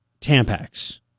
Tampax